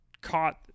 caught